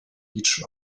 each